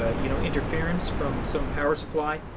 ah you know interference from some power supply